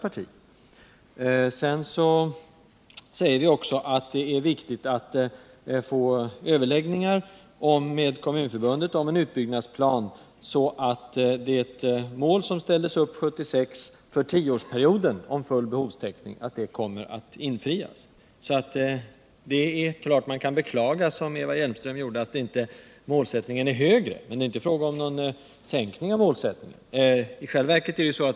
Vi säger vidare att det är viktigt att få till stånd överläggningar med Kommunförbundet om en sådan utbyggnadsplan att det mål som ställdes upp 1976 om full behovstäckning för tioårsperioden kan infrias. Visst kan man beklaga, som Eva Hjelmström gjorde, att målsättningen inte är högre, men det är inte fråga om någon sänkning av ambitionsgraden.